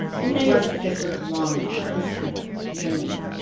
and maybe isn't this sort of longing, this kind of yearning?